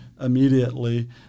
immediately